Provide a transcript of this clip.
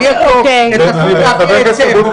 אבל יש לו את הזכות להביע את כאבו.